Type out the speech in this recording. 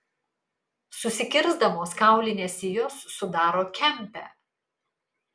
susikirsdamos kaulinės sijos sudaro kempę